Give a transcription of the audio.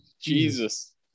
Jesus